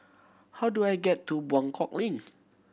how do I get to Buangkok Link